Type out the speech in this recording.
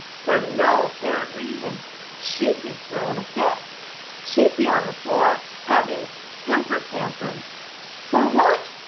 for no apparent reason she'd be throwing a fit she'd be on the floor having temper tantrums for what?